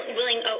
willing